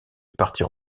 partir